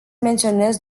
menționez